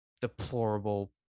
deplorable